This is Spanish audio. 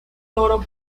toro